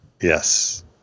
Yes